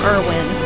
Irwin